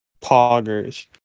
Poggers